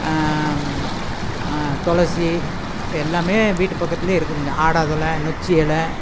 துளசி எல்லாமே வீட்டு பக்கத்திலயே இருக்குதுங்க ஆடாதொடை நொச்சி இலை